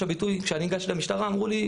כשאני ניגשתי למשטרה אמרו לי,